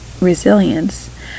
resilience